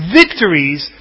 victories